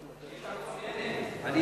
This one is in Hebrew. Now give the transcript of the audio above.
שאילתא מצוינת.